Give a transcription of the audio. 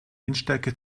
windstärke